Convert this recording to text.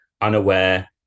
unaware